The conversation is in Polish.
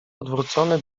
odwrócony